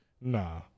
Nah